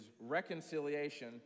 reconciliation